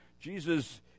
Jesus